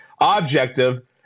objective